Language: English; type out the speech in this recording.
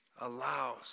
allows